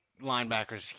linebackers